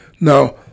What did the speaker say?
Now